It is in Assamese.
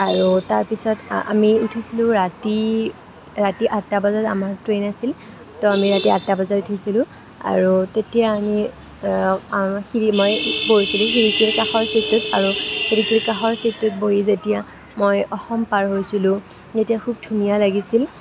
আৰু তাৰপিছত আ আমি উঠিছিলোঁ ৰাতি ৰাতি আঠটা বজাত আমাৰ ট্ৰেইন আছিল তো আমি ৰাতি আঠটা বজাত উঠিছিলোঁ আৰু তেতিয়া আমি মই বহিছিলোঁ খিৰিকীৰ কাষৰ ছীটটোত আৰু খিৰিকীৰ কাষৰ ছীটটোত বহি যেতিয়া মই অসম পাৰ হৈছিলোঁ তেতিয়া খুব ধুনীয়া লাগিছিল